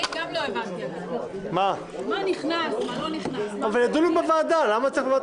אבל יש לי שאלה.